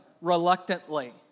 reluctantly